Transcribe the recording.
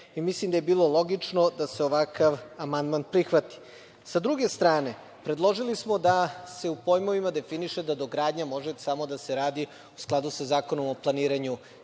Mislim da je bilo logično da se ovakav amandman prihvati. Sa druge strane, predložili smo da se u pojmovima definiše da dogradnja može samo da se radi u skladu sa Zakonom o planiranju